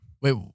Wait